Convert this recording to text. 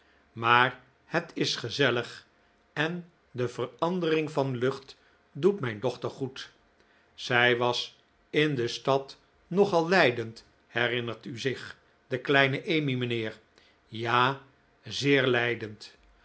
maar het is gezellig en de verandering van lucht doet mijn dochter goed zij was in de stad nogal lijdend herinnert u zich de kleine emmy mijnheer ja zeer lijdend